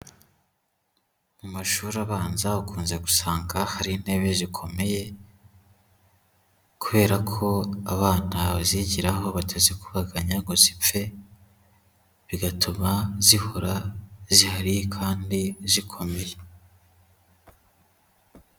Mu mashuri abanza ukunze gusanga hari intebe zikomeye, kubera ko abana bazigiraho batazikubaganya ngo zipfe, bigatuma zihora zihari kandi zikomeye.